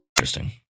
Interesting